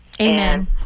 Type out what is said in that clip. Amen